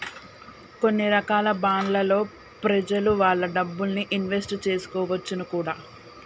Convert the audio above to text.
కొన్ని రకాల బాండ్లలో ప్రెజలు వాళ్ళ డబ్బుల్ని ఇన్వెస్ట్ చేసుకోవచ్చును కూడా